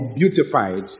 beautified